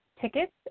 Tickets